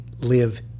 live